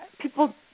People